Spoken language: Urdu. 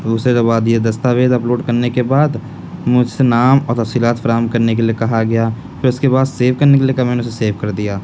اسے دبا دیا دستاویز اپ لوڈ کرنے کے بعد مجھ سے نام اور تفصیلات فراہم کرنے کے لیے کہا گیا اس کے بعد سیو کرنے کے لیے کہا تو میں نے سیو کردیا